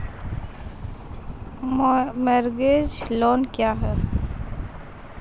Mortgage loan क्या है?